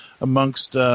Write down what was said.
amongst